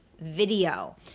video